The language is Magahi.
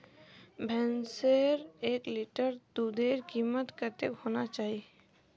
भैंसेर एक लीटर दूधेर कीमत कतेक होना चही?